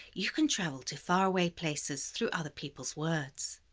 you can travel to faraway places through other people's words,